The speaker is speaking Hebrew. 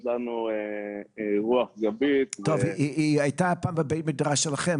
לנו רוח גבית --- היא הייתה פעם בבית המדרש שלכם,